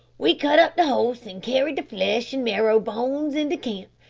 we cut up the horse and carried the flesh and marrow-bones into camp,